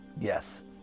yes